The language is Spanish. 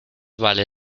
vale